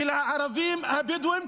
ולגבי הערבים הבדואים,